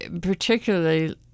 particularly